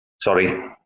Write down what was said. Sorry